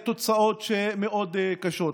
תוצאות מאוד קשות.